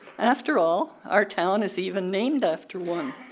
after all, our town is even named after one.